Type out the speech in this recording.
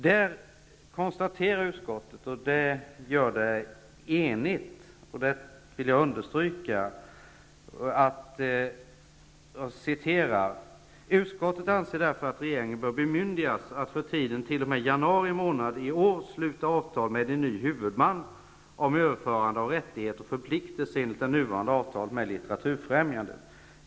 Jag vill understryka att utskottet var enigt när man sade att man anser att regeringen bör bemyndigas att för tiden t.o.m. januari månad i år sluta avtal med ny huvudman om överförande av rättighet och förpliktelse enligt det nuvarande avtalet med litteraturfrämjandet.